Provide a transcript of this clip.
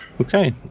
Okay